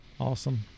Awesome